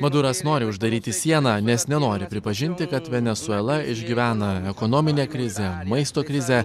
maduras nori uždaryti sieną nes nenori pripažinti kad venesuela išgyvena ekonominę krizę maisto krizę